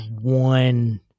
one